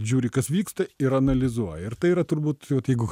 žiūri kas vyksta ir analizuoji ir tai yra turbūt vat jeigu